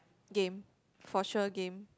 game for sure game